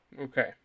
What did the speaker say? Okay